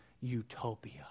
utopia